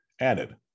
added